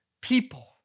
people